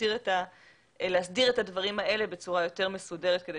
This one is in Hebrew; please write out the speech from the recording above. להסדיר את הדברים האלה בצורה יותר מסודרת כדי